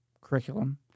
curriculum